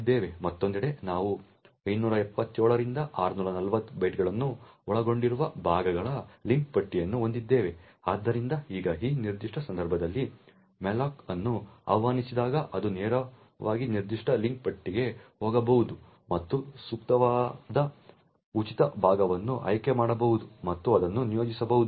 ಮತ್ತೊಂದೆಡೆ ನಾವು 577 ರಿಂದ 640 ಬೈಟ್ಗಳನ್ನು ಒಳಗೊಂಡಿರುವ ಭಾಗಗಳ ಲಿಂಕ್ ಪಟ್ಟಿಯನ್ನು ಹೊಂದಿದ್ದೇವೆ ಆದ್ದರಿಂದ ಈಗ ಈ ನಿರ್ದಿಷ್ಟ ಸಂದರ್ಭದಲ್ಲಿ ಮ್ಯಾಲೋಕ್ ಅನ್ನು ಆಹ್ವಾನಿಸಿದಾಗ ಅದು ನೇರವಾಗಿ ನಿರ್ದಿಷ್ಟ ಲಿಂಕ್ ಪಟ್ಟಿಗೆ ಹೋಗಬಹುದು ಮತ್ತು ಸೂಕ್ತವಾದ ಉಚಿತ ಭಾಗವನ್ನು ಆಯ್ಕೆ ಮಾಡಬಹುದು ಮತ್ತು ಅದನ್ನು ನಿಯೋಜಿಸಬಹುದು